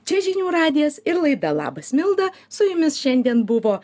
čia žinių radijas ir laida labas milda su jumis šiandien buvo